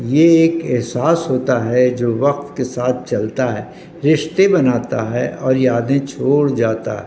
یہ ایک احساس ہوتا ہے جو وقت کے ساتھ چلتا ہے رشتے بناتا ہے اور یادیں چھوڑ جاتا ہے